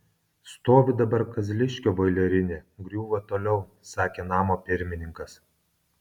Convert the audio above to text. stovi dabar kazliškio boilerinė griūva toliau sakė namo pirmininkas